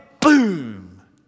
boom